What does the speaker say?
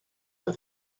for